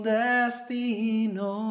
destino